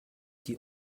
die